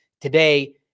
today